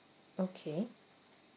okay